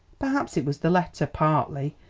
perhaps it was the letter partly,